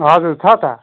हजुर छ त